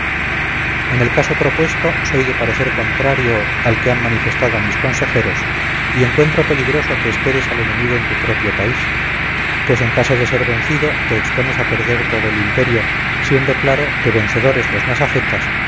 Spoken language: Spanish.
en el caso propuesto soy de parecer contrario al que han manifestado mis consejeros y encuentro peligroso que esperes al enemigo en tu propio país pues en caso de ser vencido te expones a perder todo el imperio siendo claro que vencedores los masagetas